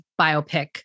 biopic